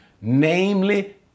namely